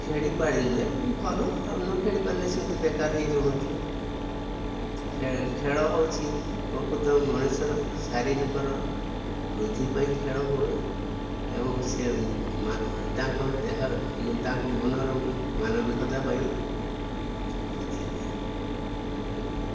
ଖେଳିପାଳିଲେ ଭଲ ଆଉ ନ ଖେଳିପାରିଲେ ସେମିତି ବେକାର ହୋଇ ରୁହନ୍ତି ଖେଳ ହେଉଛି ପ୍ରକୃତ ମଣିଷର ଶାରୀରିକର ବୃଦ୍ଧି ପାଇଁ ଖେଳ ହୁଏ ଏବଂ ସେ ତାଙ୍କ ଦେହ ତାଙ୍କ ମନର ମାନବିକତା ପାଇଁ ବୃଦ୍ଧି ହୁଏ